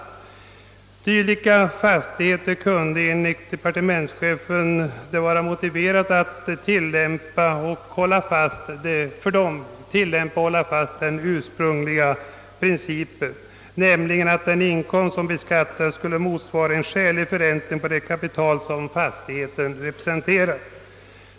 För dylika fastigheter kunde det, enligt departementschefen, vara motiverat att tillämpa och hålla fast vid den ursprungliga principen, nämligen att den inkomst som beskattas skall motsvara en skälig förräntning på det kapital som fastigheten representerar.